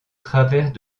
travers